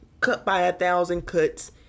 cut-by-a-thousand-cuts